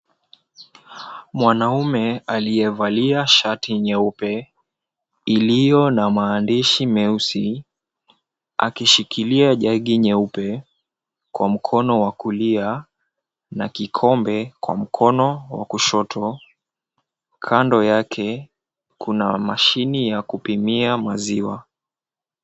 Mwanaume aliyevalia shati nyeupe iliyo na maandishi meusi, akishikilia jagi nyeupe kwa mkono wa kulia na kikombe kwa mkono wa kushoto. Kando yake kuna mashine ya kupimia maziwa.